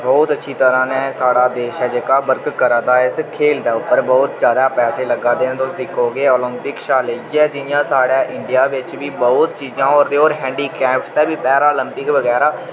बहुत अच्छी तरह नै साढ़ा देश ऐ जेह्का वर्क करा दा इस खेल दे उप्पर बहुत ज्यादा पैसे लग्गा दे न तुस दिक्खो के ओलिंपिक शा लेइयै जि'यां साढ़ै इंडिया बिच्च बी बहुत चीजां होर ते होर हैंडीकैप दे बी पैराओलिम्पिक बगैरा